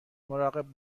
مراقب